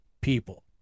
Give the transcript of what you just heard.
people